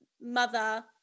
mother